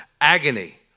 agony